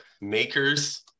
makers